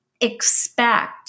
expect